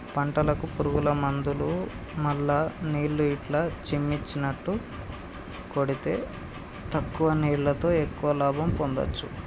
పంటలకు పురుగుల మందులు మల్ల నీళ్లు ఇట్లా చిమ్మిచినట్టు కొడితే తక్కువ నీళ్లతో ఎక్కువ లాభం పొందొచ్చు